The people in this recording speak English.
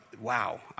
Wow